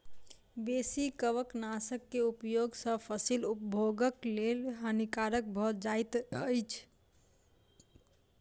बेसी कवकनाशक के उपयोग सॅ फसील उपभोगक लेल हानिकारक भ जाइत अछि